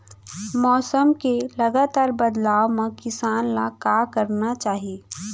मौसम के लगातार बदलाव मा किसान ला का करना चाही?